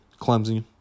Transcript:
Clemson